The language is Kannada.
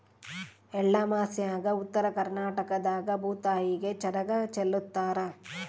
ಎಳ್ಳಮಾಸ್ಯಾಗ ಉತ್ತರ ಕರ್ನಾಟಕದಾಗ ಭೂತಾಯಿಗೆ ಚರಗ ಚೆಲ್ಲುತಾರ